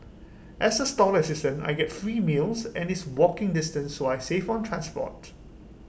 as A stall assistant I get free meals and it's walking distance so I save on transport